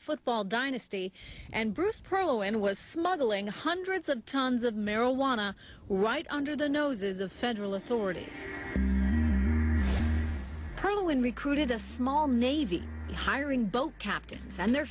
football dynasty and bruce pirlo and was smuggling hundreds of tons of marijuana right under the noses of federal authorities probably when recruited a small navy hiring boat captains and their